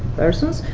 persons,